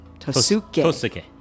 Tosuke